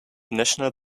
national